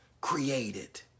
created